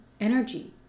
energy